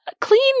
clean